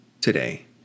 today